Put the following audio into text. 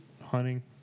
hunting